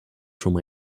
from